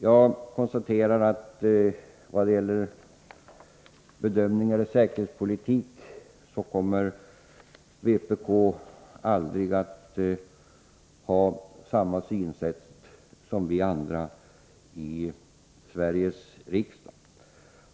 Jag konstaterar att vpk när det gäller bedömningen av säkerhetspolitiken aldrig kommer att ha samma syn som vi andra i Sveriges riksdag.